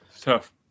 Tough